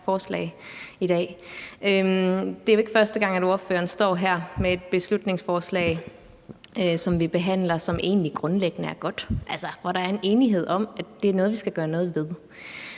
Det er jo ikke første gang, at ordføreren står her med et beslutningsforslag, som vi behandler, og som egentlig grundlæggende er godt, altså hvor der er en enighed om, at det er noget, vi skal gøre noget ved.